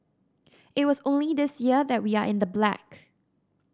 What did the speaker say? it was only this year that we are in the black